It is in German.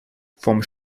vom